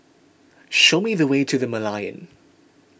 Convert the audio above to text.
show me the way to the Merlion